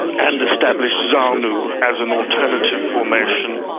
and established zanu as an alternative formation.